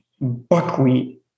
buckwheat